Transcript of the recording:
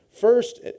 First